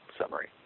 summary